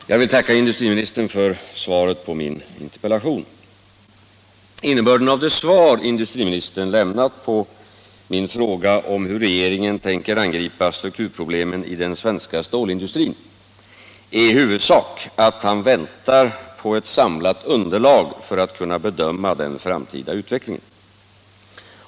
Herr talman! Jag vill tacka industriministern för svaret på min interpellation. Innebörden av det svar industriministern lämnat på min fråga om hur regeringen tänker angripa strukturproblemen i den svenska stålindustrin är i huvudsak att han väntar på ett samlat underlag för att kunna bedöma den framtida utvecklingen.